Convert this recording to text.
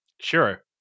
Sure